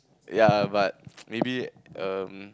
ya but maybe um